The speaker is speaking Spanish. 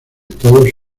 todos